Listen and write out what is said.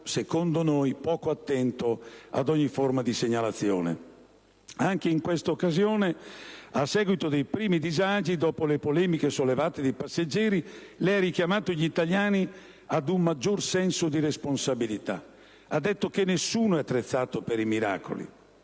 avviso - poco attento ad ogni forma di segnalazione. Anche in questa occasione, a seguito dei primi disagi, dopo le polemiche sollevate dai passeggeri dei treni pendolari, lei ha richiamato gli italiani ad un «maggiore senso di responsabilità». Ha detto loro che nessuno è attrezzato per i miracoli.